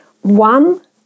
One